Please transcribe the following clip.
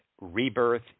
rebirth